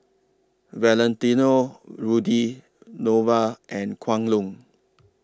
Valentino Rudy Nova and Kwan Loong